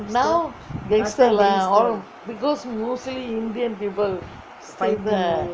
now gangster lah all because mostly indian people stay there